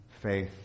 faith